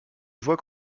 voit